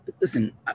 listen